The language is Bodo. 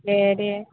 ए दे